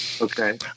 Okay